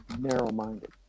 narrow-minded